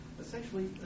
essentially